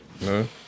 no